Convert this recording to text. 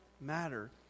matter